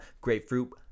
Grapefruit